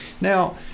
Now